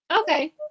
Okay